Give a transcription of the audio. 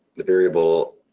variable,